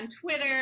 Twitter